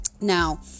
Now